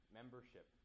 membership